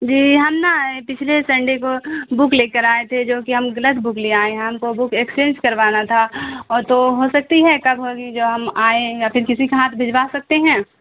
جی ہم نا پچھلے سنڈے کو بک لے کر آئے تھے جو کہ ہم غلط بک لے آئے ہیں ہم کو بک ایکسچینج کروانا تھا او تو ہو سکتی ہے کب ہوگی جو ہم آئیں یا پھر کسی کے ہاتھ بھیجوا سکتے ہیں